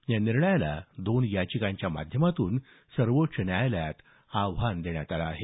या निर्णयाला दोन याचिकांच्या माध्यमातून सर्वोच्च न्यायालयात आव्हान देण्यात आलं आहे